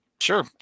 sure